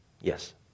Yes